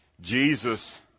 Jesus